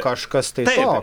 kažkas tai to